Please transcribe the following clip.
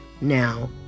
Now